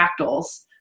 fractals